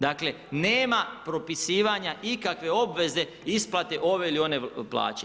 Dakle nema propisivanja ikakve obveze isplate ove ili one plaće.